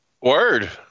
Word